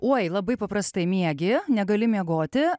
oi labai paprastai miegi negali miegoti